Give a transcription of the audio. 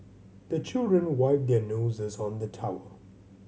the children wipe their noses on the towel